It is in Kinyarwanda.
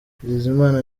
bizimana